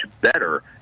better